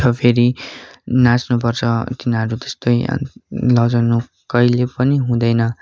अन्त फेरि नाच्नु पर्छ तिनीहरू जस्तै लजाउनु कहिल्यै पनि हुँदैन